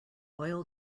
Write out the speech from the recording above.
oil